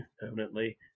permanently